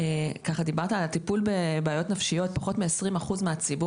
דיברת על הטיפול בבעיות נפשיות: פחות מ-20% מהציבור